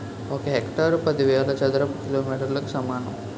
ఒక హెక్టారు పదివేల చదరపు మీటర్లకు సమానం